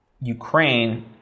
Ukraine